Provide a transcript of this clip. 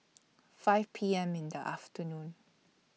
five P M in The afternoon